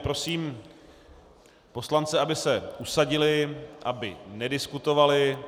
Prosím poslance, aby se usadili, aby nediskutovali.